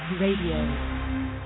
Radio